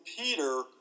Peter